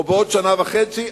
או בעוד שנה וחצי,